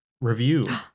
review